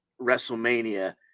WrestleMania